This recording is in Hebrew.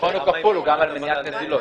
החיסכון הוא כפול, הוא גם על מניעת נזילות.